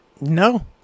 No